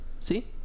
See